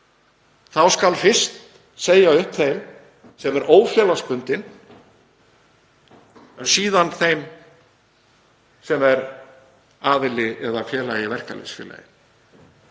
þá skal fyrst segja upp þeim sem er ófélagsbundinn en síðan þeim sem er félagi í verkalýðsfélagi.